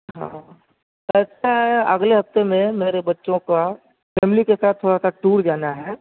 ہاں ایسا ہے اگلے ہفتے میں میرے بچوں کا فیملی کے ساتھ تھوڑا سا ٹور جانا ہے